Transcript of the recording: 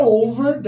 over